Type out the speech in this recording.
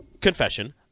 confession